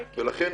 לכן,